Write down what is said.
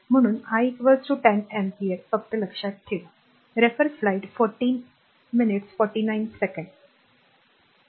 म्हणून I 10 ampere फक्त धरून ठेवा मी लिहित आहे